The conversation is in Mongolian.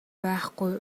байхгүй